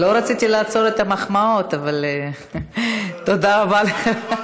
לא רציתי לעצור את המחמאות, תודה רבה לך.